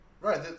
Right